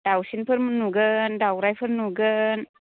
दावसिनफोर नुगोन दावरायफोर नुगोन